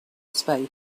space